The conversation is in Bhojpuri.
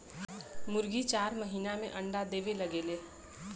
मुरगी चार महिना में अंडा देवे लगेले